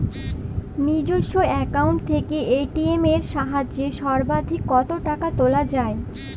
নিজস্ব অ্যাকাউন্ট থেকে এ.টি.এম এর সাহায্যে সর্বাধিক কতো টাকা তোলা যায়?